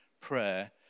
prayer